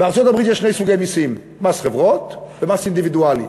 בארצות-הברית יש שני סוגי מסים: מס חברות ומס אינדיבידואלי.